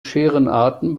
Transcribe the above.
scherenarten